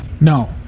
No